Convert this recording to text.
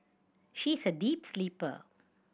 she is a deep sleeper